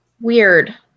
Weird